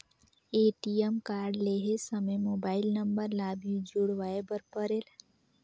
ATM card लहे समय mobile number ला भी जुड़वाए बर परेल?